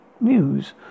News